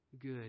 Good